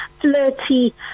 flirty